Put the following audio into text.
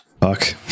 Fuck